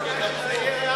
בעיה בתנאי שזה יהיה,